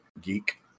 geek